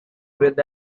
with